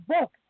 book